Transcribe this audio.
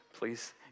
please